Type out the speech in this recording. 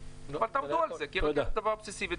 אבל תעבדו על זה כי רכבת זה דבר בסיסי.